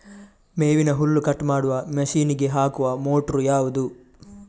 ಮೇವಿನ ಹುಲ್ಲು ಕಟ್ ಮಾಡುವ ಮಷೀನ್ ಗೆ ಹಾಕುವ ಮೋಟ್ರು ಯಾವುದು?